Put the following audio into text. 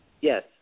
Yes